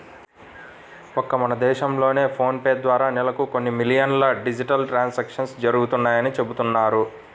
ఒక్క మన దేశంలోనే ఫోన్ పే ద్వారా నెలకు కొన్ని మిలియన్ల డిజిటల్ ట్రాన్సాక్షన్స్ జరుగుతున్నాయని చెబుతున్నారు